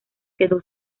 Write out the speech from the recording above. quedó